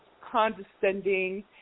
condescending